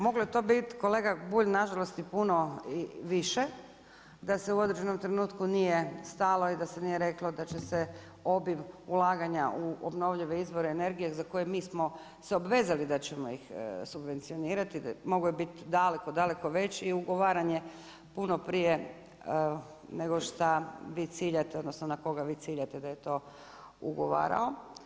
Moglo je to biti kolega Bulj nažalost i puno više da se u određenom trenutku nije stalo i da se nije reklo da će se obim ulaganja u obnovljive izvore energije za koje mi smo se obvezali da ćemo ih subvencionirati, moglo je biti daleko, daleko veći i ugovaranje puno prije nego šta vi ciljate odnosno na koga vi ciljate da je to ugovarao.